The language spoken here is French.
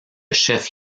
chef